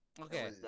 Okay